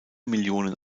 millionen